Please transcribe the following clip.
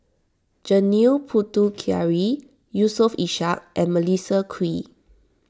Janil Puthucheary Yusof Ishak and Melissa Kwee